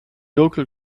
local